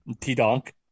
T-Donk